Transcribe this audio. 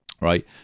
Right